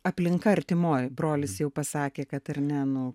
aplinka artimoji brolis jau pasakė kad ar ne nu